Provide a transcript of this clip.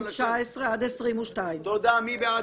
סעיפים 19 עד 22. מי בעד?